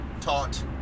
taught